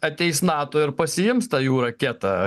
ateis nato ir pasiims tą jų raketą